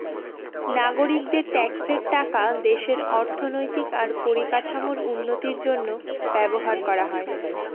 নাগরিকদের ট্যাক্সের টাকা দেশের অর্থনৈতিক আর পরিকাঠামোর উন্নতির জন্য ব্যবহার করা হয়